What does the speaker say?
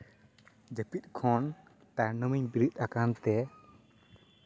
ᱡᱟᱹᱯᱤᱫ ᱠᱷᱚᱱ ᱛᱟᱭᱱᱚᱢᱤᱧ ᱵᱮᱨᱮᱫ ᱟᱠᱟᱱᱛᱮ